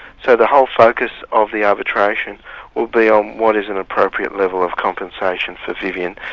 so the whole focus of the arbitration will be on what is an appropriate level of compensation for vivian,